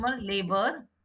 labor